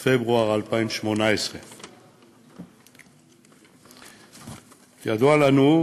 פברואר 2018. ידוע לנו,